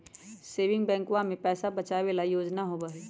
saving बैंकवा में पैसा बचावे ला योजना होबा हई